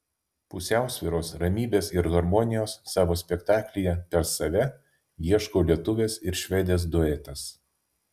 pusiausvyros ramybės ir harmonijos savo spektaklyje per save ieško lietuvės ir švedės duetas